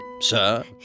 Sir